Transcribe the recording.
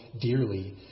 dearly